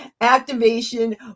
activation